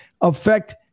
affect